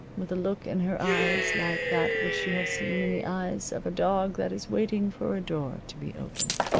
with a look in her eyes like that which you have seen in the eyes of a dog that is waiting for a door to be opened.